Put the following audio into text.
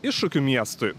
iššūkių miestui